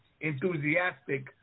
enthusiastic